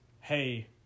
hey